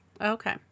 Okay